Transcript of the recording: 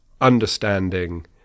understanding